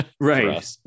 right